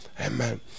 Amen